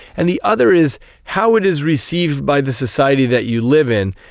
and the other is how it is received by the society that you live in.